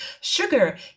sugar